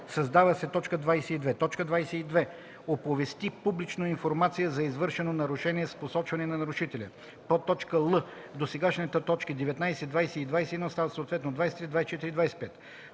създава се т. 22: „22. оповести публично информация за извършено нарушение с посочване на нарушителя;“ л) досегашните т. 19, 20 и 21 стават съответно т. 23, 24 и 25.